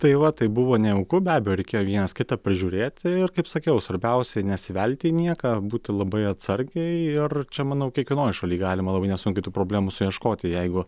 tai va tai buvo nejauku be abejo reikėjo vienas kitą pažiūrėti ir kaip sakiau svarbiausia nesivelti į nieką būti labai atsargiai ir čia manau kiekvienoj šaly galima labai nesunkiai tų problemų suieškoti jeigu